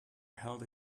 held